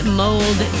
mold